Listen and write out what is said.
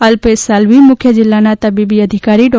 અલ્પેશ સાલવી મુખ્ય જિલ્લા તબીબી અધિકારી ડો